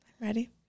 Ready